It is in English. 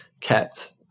kept